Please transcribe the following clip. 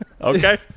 Okay